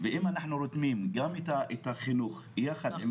א'- משום שהוא נמצא כמובן תחת חקירה ואנחנו מכבדים את